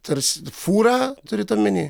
tarsi fūrą turit omeny